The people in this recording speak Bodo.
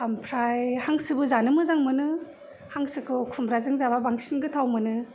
ओमफ्राय हांसोबो जानो मोजां मोनो हांसोखौ खुमब्राजों जाबा बांसिन गोथाव मोनो